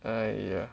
!aiya!